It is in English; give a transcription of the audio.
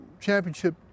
championship